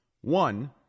One